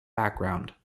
background